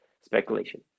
speculation